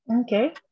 Okay